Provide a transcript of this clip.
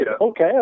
okay